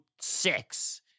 six